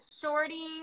Shorty